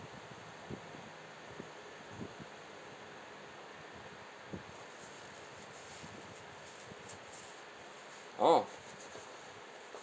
oh